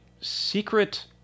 secret